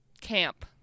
camp